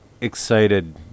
excited